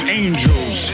angels